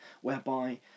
whereby